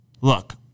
Look